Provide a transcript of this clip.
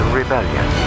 rebellion